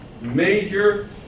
major